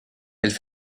elle